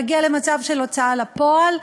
להגיע למצב של הוצאה לפועל,